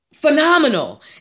phenomenal